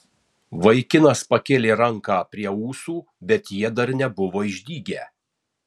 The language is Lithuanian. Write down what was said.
vaikinas pakėlė ranką prie ūsų bet jie dar nebuvo išdygę